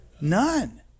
None